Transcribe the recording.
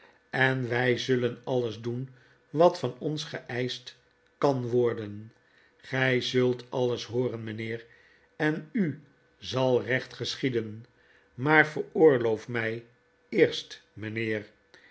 en wij zullen alles doen wat van ons geeischt kan worden gij zult alles hooren mijnheer en u zal recht geschieden maar veroorloof mij eerst mijnheer